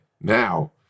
now